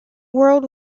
world